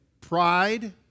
pride